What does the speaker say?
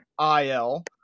IL